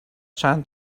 چند